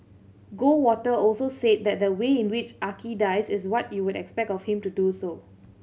Goldwater also said that the way in which Archie dies is what you would expect of him to do so